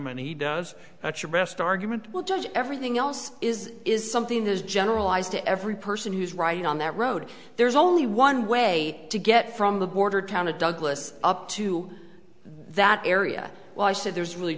he does that's your best argument will judge everything else is is something that is generalized to every person who's right on that road there's only one way to get from the border town of douglas up to that area well i said there's really